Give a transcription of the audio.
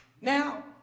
Now